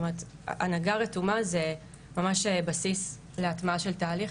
הנהגה רתומה זה ממש בסיס להטמעה של תהליך